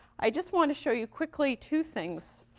i just want to show you quickly two things.